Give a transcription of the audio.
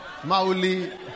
Mauli